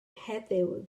heddiw